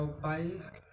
超级市场